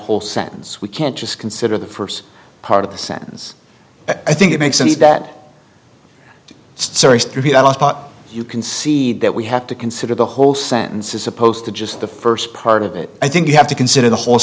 whole sentence we can't just consider the first part of the sentence i think it makes sense that sorry you can see that we have to consider the whole sentence is supposed to just the first part of it i think you have to consider the whole